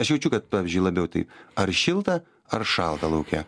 aš jaučiu kad pavyzdžiui labiau taip ar šilta ar šalta lauke